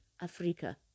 Africa